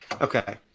Okay